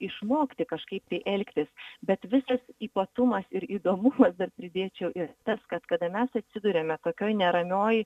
išmokti kažkaip tai elgtis bet visas ypatumas ir įdomumas dar pridėčiau ir tas kad kada mes atsiduriame tokioj neramioj